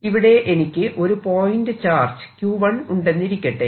ഇവിടെ എനിക്ക് ഒരു പോയിന്റ് ചാർജ് Q1 ഉണ്ടെന്നിരിക്കട്ടെ